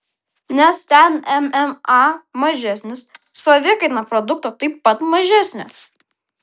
nes ten mma mažesnis savikaina produkto taip pat mažesnė